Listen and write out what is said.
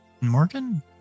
Morgan